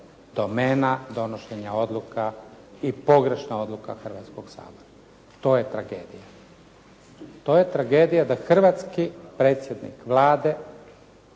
domena donošenja odluka i pogrešna odluka Hrvatskog sabora. To je tragedija. To je tragedija da hrvatski predsjednik Vlade